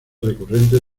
recurrentes